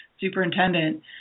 superintendent –